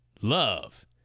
Love